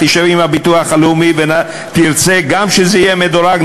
תשב עם הביטוח הלאומי ותרצה גם שזה יהיה מדורג,